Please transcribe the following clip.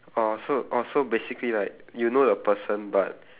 orh so orh so basically like you know the person but